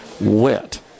wet